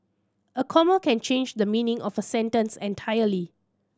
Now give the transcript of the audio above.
a comma can change the meaning of a sentence entirely